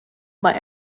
about